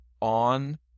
on